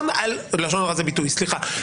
לשון הרע זה ביטוי, סליחה.